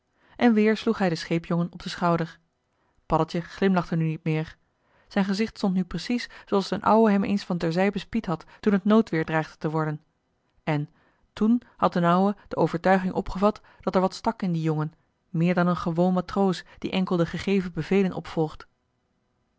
en weer sloeg hij den scheepjongen op den schouder paddeltje glimlachte nu niet meer zijn gezicht stond nu precies zooals d'n ouwe hem eens van terzij bespied had toen het noodweer dreigde te worden en toen had d'n ouwe de overtuiging opgevat dat er wat stak in dien jongen meer dan een gewoon matroos die enkel de gegeven bevelen opvolgt